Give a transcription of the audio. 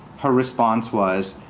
her response was,